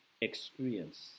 experience